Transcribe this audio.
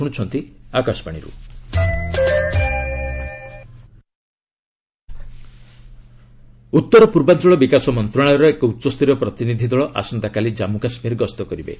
Dornier କେ କେ ଉତ୍ତର ପୂର୍ବାଞ୍ଚଳ ବିକାଶ ମନ୍ତ୍ରଣାଳୟର ଏକ ଉଚ୍ଚସ୍ତରୀୟ ପ୍ରତିନିଧି ଦଳ ଆସନ୍ତାକାଲି କାନ୍ମୁ କାଶ୍ମୀର ଗସ୍ତ କରିବେ